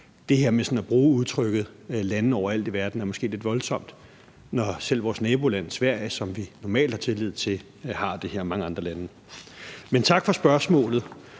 det her med sådan at bruge udtrykket lande overalt i verden er måske lidt voldsomt, når selv vores naboland Sverige, som vi normalt har tillid til, har det, ligesom mange andre lande. Men tak for spørgsmålet.